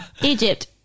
Egypt